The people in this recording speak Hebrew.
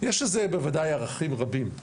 יש לזה בוודאי ערכים רבים,